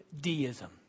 deism